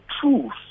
truth